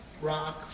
rock